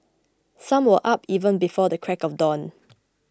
some were up even before the crack of dawn